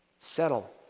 settle